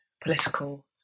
political